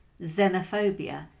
xenophobia